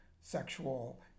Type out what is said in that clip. sexual